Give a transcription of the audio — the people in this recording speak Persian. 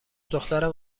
دخترم